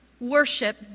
Worship